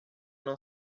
não